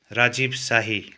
Rajiv Shahi